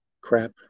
crap